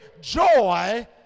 joy